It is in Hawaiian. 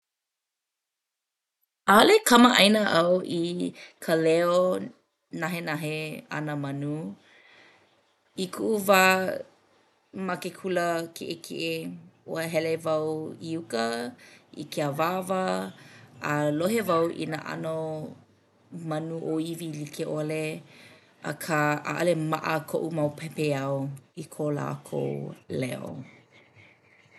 ʻAʻole kamaʻaina au i ka leo nahenahe a nā manu. I kuʻu wā ma ke kula kiʻekiʻe ua hele wau i uka i ke awāwa a lohe wau i nā ʻano manu ʻōiwi like ʻole akā ʻaʻole maʻa koʻu mau pepeiao i ko lākou leo.